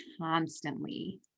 constantly